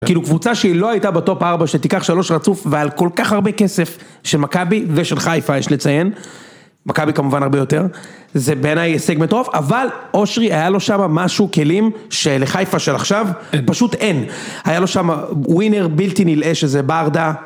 כאילו קבוצה שהיא לא הייתה בטופ ארבע שתיקח שלוש רצוף ועל כל כך הרבה כסף שמכבי ושל חיפה, יש לציין. מכבי כמובן הרבה יותר. זה בעיניי סגמנט רוב, אבל אושרי היה לו שם משהו, כלים, שלחיפה של עכשיו, פשוט אין. היה לו שמה ווינר בלתי נלאה שזה בארדה.